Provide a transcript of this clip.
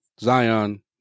Zion